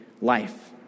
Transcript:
life